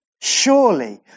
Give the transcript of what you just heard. surely